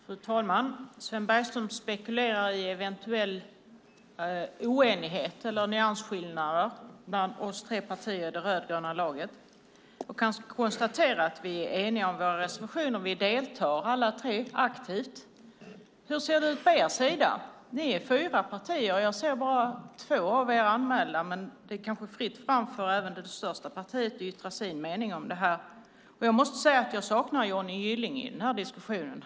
Fru talman! Sven Bergström spekulerar i en eventuell oenighet eller nyansskillnader bland oss i de tre partierna i det rödgröna laget. Jag kan konstatera att vi är eniga om våra reservationer. Vi deltar alla tre aktivt. Hur ser det ut på er sida? Ni är fyra partier. Jag ser bara att två är anmälda i debatten. Men det kanske är fritt fram även för det största partiet att yttra sin mening om detta. Jag måste säga att jag saknar Johnny Gylling i denna diskussion.